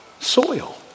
soil